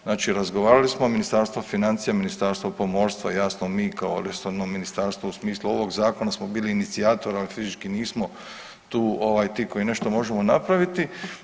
Znači razgovarali smo Ministarstvo financija, Ministarstvo pomorstva jasno mi kao resorno ministarstvo u smislu ovog zakona smo bili inicijator ali fizički nismo tu ti koji možemo nešto napraviti.